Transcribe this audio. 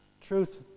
Truth